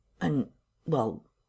And—well—